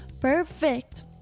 Perfect